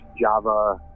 Java